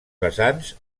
vessants